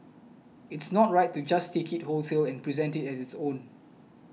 it's not right to just take it wholesale and present it as its own